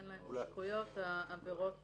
אין להם סמכויות, העבירות